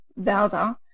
Valda